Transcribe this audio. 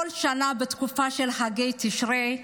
כל שנה, בתקופה של חגי תשרי,